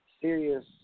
serious